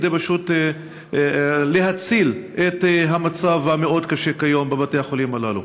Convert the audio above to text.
פשוט כדי להציל מהמצב המאוד-קשה כיום בבתי החולים הללו.